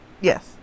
Yes